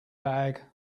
bag